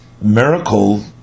miracle